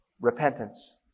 repentance